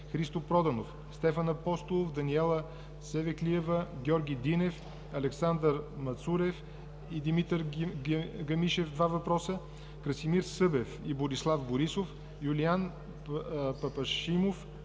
Христо Проданов; Стефан Апостолов, Даниела Савеклиева, Георги Динев, Александър Мацурев и Димитър Гамишев – два въпроса; Красимир Събев и Борислав Борисов; Юлиян Папашимов